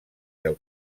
del